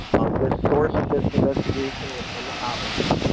um, this source of this investigation was from the hotline.